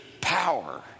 power